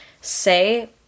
say